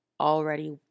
already